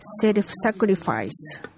self-sacrifice